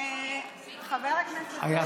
גם לבעלי החיים, והיא טובה לנו כבני אדם.